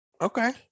okay